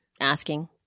asking